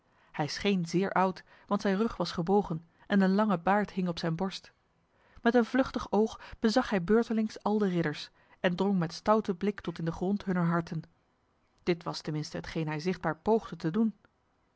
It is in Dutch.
hij scheen zeer oud want zijn rug was gebogen en een lange baard hing op zijn borst met een vluchtig oog bezag hij beurtelings al de ridders en drong met stoute blik tot in de grond hunner harten dit was tenminste hetgeen hij zichtbaar poogde te doen